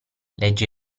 legge